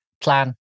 plan